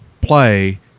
play